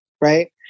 right